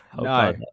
No